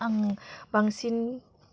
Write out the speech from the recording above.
आं बांसिन